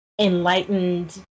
enlightened